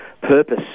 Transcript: purpose